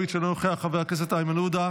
ואליד אלהואשלה,